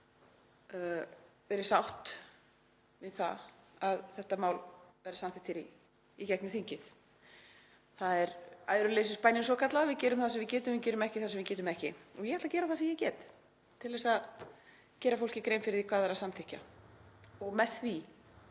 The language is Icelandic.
verið sátt við það að þetta mál verði samþykkt hér í þinginu. Það er æðruleysisbænin svokallaða, við gerum það sem við getum, við gerum ekki það sem við getum ekki, og ég ætla að gera það sem ég get til að gera fólki grein fyrir því hvað það er að samþykkja og með því